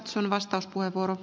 arvoisa puherouva